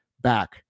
back